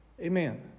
Amen